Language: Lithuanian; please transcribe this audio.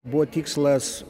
buvo tikslas